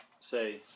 say